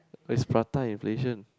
is prata inflection